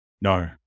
No